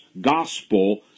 gospel